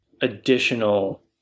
additional